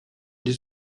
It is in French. des